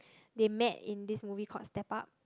they met in this movie called step up